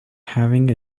having